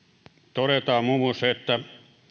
todetaan muun muassa että